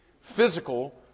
physical